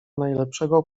najlepszego